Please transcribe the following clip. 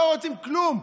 לא רוצים כלום,